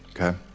okay